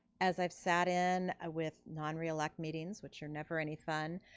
as i've sat in ah with non reelect meetings, which are never any fun,